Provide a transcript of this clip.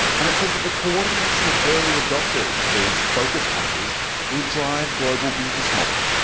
and it says that the coordination of early adopters these focus countries will drive global business models.